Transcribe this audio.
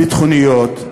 הביטחוניות,